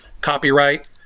copyright